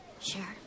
Sure